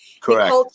Correct